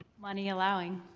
money allowing.